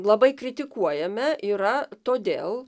labai kritikuojame yra todėl